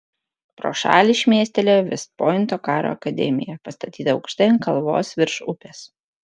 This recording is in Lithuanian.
pro šalį šmėstelėjo vest pointo karo akademija pastatyta aukštai ant kalvos virš upės